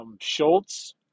Schultz